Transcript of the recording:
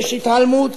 יש התעלמות